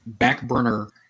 backburner